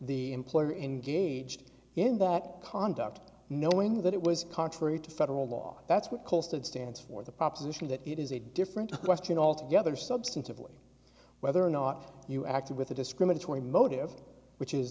the employer engaged in dog conduct knowing that it was contrary to federal law that's what caused it stands for the proposition that it is a different question altogether substantively whether or not you acted with a discriminatory motive which is